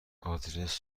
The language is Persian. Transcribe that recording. آدرس